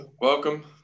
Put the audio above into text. welcome